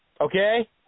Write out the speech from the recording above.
Okay